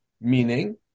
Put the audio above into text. Meaning